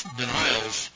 denials